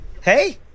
Hey